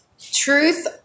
Truth